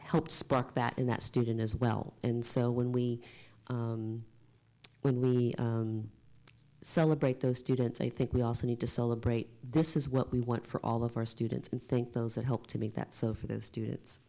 helped spark that and that student as well and so when we when we celebrate those students i think we also need to celebrate this is what we want for all of our students and think those that help to make that so for those students